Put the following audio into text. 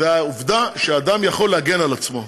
והעובדה שאדם יכול להגן על עצמו.